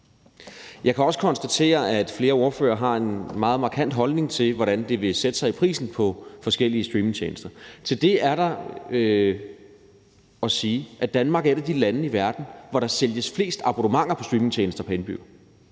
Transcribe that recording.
Jeg kan også konstatere, at flere ordførere har en meget markant holdning til, hvordan det vil sætte sig i prisen på forskellige streamingtjenester. Til det er der at sige, at Danmark er et af de lande i verden, hvor der sælges flest abonnementer på streamingtjenester pr. indbygger.